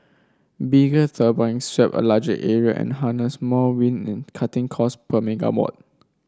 bigger sweep a larger area and harness more wind cutting cost per megawatt